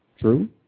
True